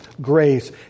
grace